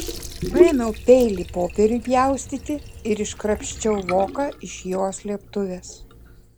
paėmiau peilį popieriui pjaustyti ir iškrapščiau voką iš jo slėptuvės